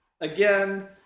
again